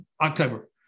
October